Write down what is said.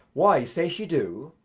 why, say she do?